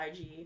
IG